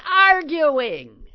arguing